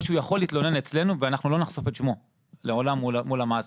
או שהוא יכול להתלונן אצלנו ואנחנו לא נחשוף את שמו לעולם מול המעסיק.